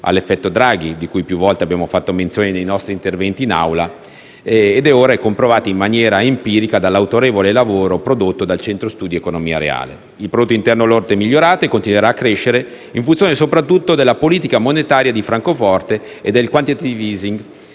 effetto Draghi, di cui più volte abbiamo fatto menzione nei nostri interventi in Aula, ed ora comprovato, in maniera empirica, dall'autorevole lavoro prodotto dal Centro studi «Economia Reale». Il prodotto interno lordo è migliorato e continuerà a crescere in funzione soprattutto della politica monetaria di Francoforte e del *quantitative easing*